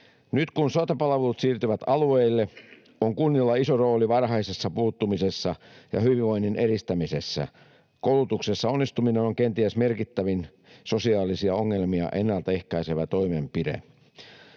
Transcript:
Nyt kun sote-palvelut siirtyvät alueille, on kunnilla iso rooli varhaisessa puuttumisessa ja hyvinvoinnin edistämisessä. Koulutuksessa onnistuminen on kenties merkittävin sosiaalisia ongelmia ennalta ehkäisevä toimenpide.